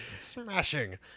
Smashing